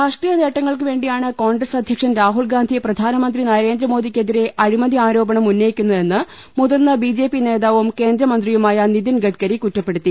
രാഷ്ട്രീയ നേട്ടങ്ങൾക്കുവേണ്ടിയാണ് കോൺഗ്രസ് അധ്യക്ഷൻ രാഹുൽഗാന്ധി പ്രധാനമന്ത്രി നരേന്ദ്രമോദി ക്കെതിരെ അഴിമതി ആരോപണം ഉന്നയിക്കുന്നതെന്ന് മുതിർന്ന ബി ജെ പി നേതാവും കേന്ദ്രമന്ത്രിയുമായ നിതിൻഗഡ്കരി കുറ്റപ്പെടുത്തി